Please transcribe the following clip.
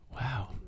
Wow